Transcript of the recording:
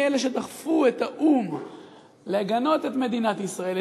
שדחפו את האו"ם לגנות את מדינת ישראל,